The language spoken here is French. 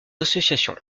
associations